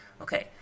Okay